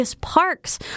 Parks